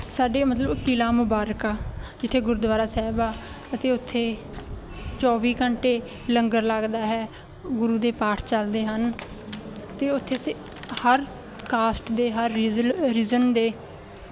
ਸਾਡੇ ਮਤਲਬ ਕਿਲ੍ਹਾ ਮੁਬਾਰਕ ਆ ਜਿੱਥੇ ਗੁਰਦੁਆਰਾ ਸਾਹਿਬ ਆ ਅਤੇ ਉੱਥੇ ਚੌਵੀ ਘੰਟੇ ਲੰਗਰ ਲੱਗਦਾ ਹੈ ਗੁਰੂ ਦੇ ਪਾਠ ਚੱਲਦੇ ਹਨ ਅਤੇ ਉੱਥੇ ਸਿੱ ਹਰ ਕਾਸਟ ਦੇ ਹਰ ਰਿਜਲ ਰੀਜਨ ਦੇ